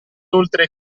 oltre